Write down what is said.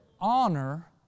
Honor